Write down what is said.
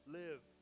live